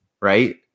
right